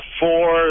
four